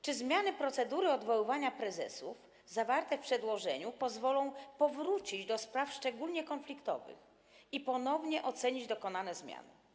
Czy zmiany procedury odwoływania prezesów zawarte w przedłożeniu pozwolą powrócić do spraw szczególnie konfliktowych i ponownie ocenić dokonane zmiany?